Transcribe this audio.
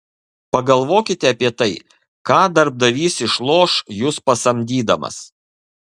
pagalvokite apie tai ką darbdavys išloš jus pasamdydamas